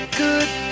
good